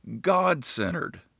God-centered